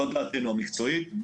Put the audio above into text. זו דעתנו המקצועית.